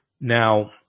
Now